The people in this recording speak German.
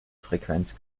frequenz